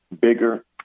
bigger